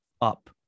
up